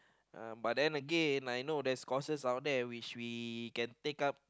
uh but then Again I know there's courses out there which we can take up